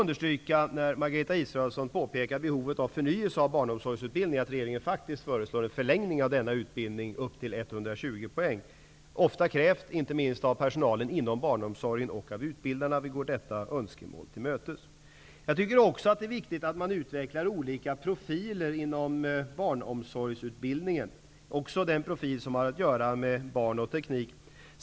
När Margareta Israelsson påpekar behovet av förnyelse av barnomsorgsutbildningen, vill jag understryka att regeringen faktiskt föreslår en förlängning av denna utbildning upp till 120 poäng. Detta har ofta krävts, inte minst av personalen inom barnomsorgen och av utbildarna. Vi går nu detta önskemål till mötes. Jag tycker också att det är viktigt att man utvecklar olika profiler inom barnomsorgsutbildningen, också den profil som har att göra med barn och teknik.